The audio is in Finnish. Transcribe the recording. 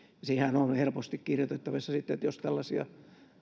siihenhän on helposti kirjoitettavissa sitten että jos tällaisia